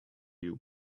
you